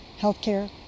healthcare